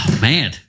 man